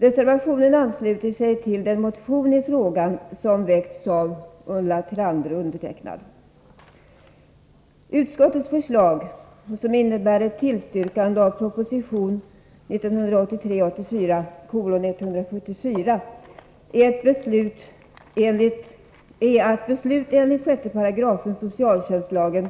Reservationen ansluter sig till den motion i frågan som väckts av Ulla Tillander och mig. Utskottets förslag, som innebär ett tillstyrkande av proposition 1983/ 84:174, är att beslut enligt 6 § socialtjänstlagen